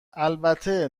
البته